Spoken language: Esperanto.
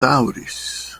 daŭris